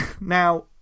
Now